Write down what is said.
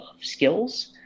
skills